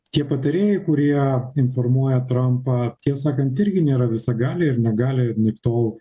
tie patarėjai kurie informuoja trampą tiesą sakant irgi nėra visagaliai ir negali to